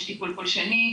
יש טיפול פולשני,